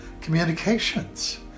communications